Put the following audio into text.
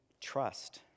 trust